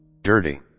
Dirty